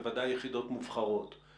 בוודאי יחידות מובחרות,